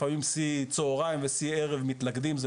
לפעמים שיא צהריים ושיא ערב מתלכדים,